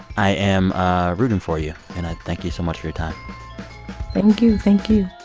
i am rooting for you, and i thank you so much for your time thank you. thank